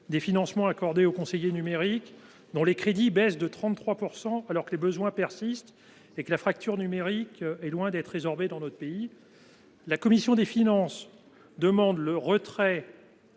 des financements accordés aux conseillers numériques. Les crédits baissent de 33 % alors que les besoins persistent et que la fracture numérique est loin d’être résorbée dans notre pays. La commission des finances demande toutefois